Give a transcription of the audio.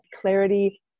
clarity